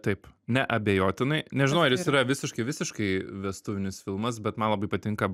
taip neabejotinai nežinau ar jis yra visiškai visiškai vestuvinis filmas bet man labai patinka